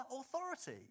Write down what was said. authority